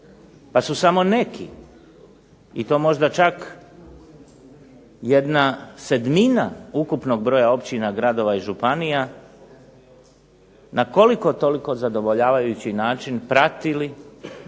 pa su samo neki i to možda čak jedna sedmina ukupnog broja općina, gradova i županija na koliko toliko zadovoljavajući način pratili,